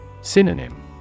Synonym